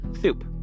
soup